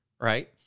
right